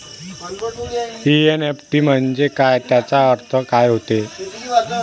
NEFT म्हंजे काय, त्याचा अर्थ काय होते?